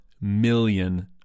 million